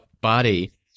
body